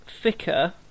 thicker